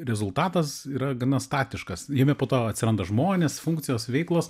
rezultatas yra gana statiškas jame po to o tavo atveju tarkim rezultatas yra toks kuris